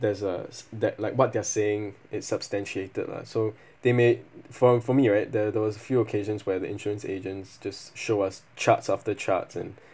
there's a s~ that like what they're saying it substantiated lah so they may for for me right there there was a few occasions where the insurance agents just show us charts after charts and